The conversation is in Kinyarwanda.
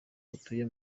batuye